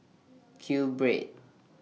Q Bread